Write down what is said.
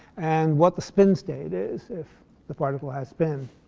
and what the spin state is if the particle has spin.